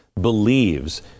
believes